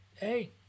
Hey